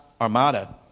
Armada